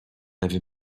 avait